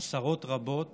עשרות רבות